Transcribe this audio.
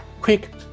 quick